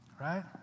Right